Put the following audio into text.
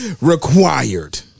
required